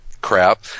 crap